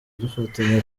dufatanya